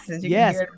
yes